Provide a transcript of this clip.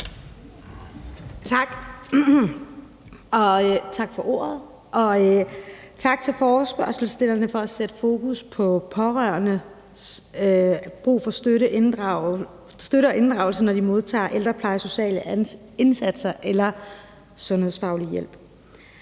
Tak for ordet, og tak til forespørgselsstillerne for at sætte fokus på pårørendes brug for støtte og inddragelse, når deres pårørende modtager ældrepleje, sociale indsatser eller sundhedsfaglig hjælp.